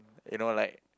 you know like